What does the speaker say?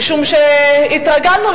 משום שהתרגלנו,